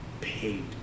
paid